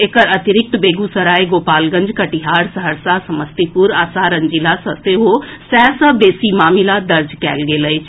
एकर अतिरिक्त बेगूसराय गोपालगंज कटिहार सहरसा समस्तीपुर आ सारण जिला सँ सेहो सय सँ बेसी मामिला दर्ज कएल गेल अछि